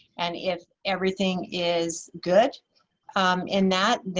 and if everything is good in that,